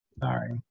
Sorry